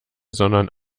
sondern